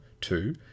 two